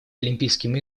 олимпийским